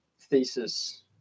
thesis